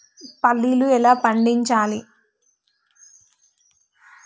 పల్లీలు ఎలా పండించాలి?